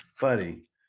buddy